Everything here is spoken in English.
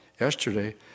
yesterday